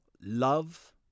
love